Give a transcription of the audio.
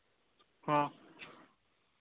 ᱦᱚᱸ